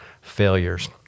failures